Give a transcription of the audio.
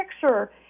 picture